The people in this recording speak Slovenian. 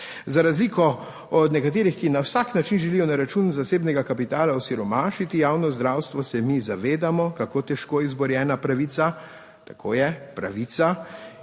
od nekaterih, ki na vsak način želijo na račun zasebnega kapitala osiromašiti javno zdravstvo, se mi zavedamo, kako težko izborjena pravica je delujoč